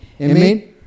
Amen